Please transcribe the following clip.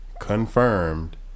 confirmed